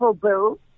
bill